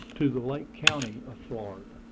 to the lake country of florida,